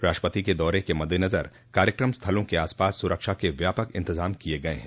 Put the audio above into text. राष्ट्रपति के दौरे के मद्देनजर कार्यकम स्थलों के आस पास सुरक्षा के व्यापक इंतजाम किये गये हैं